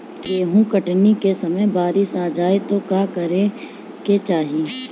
गेहुँ कटनी के समय बारीस आ जाए तो का करे के चाही?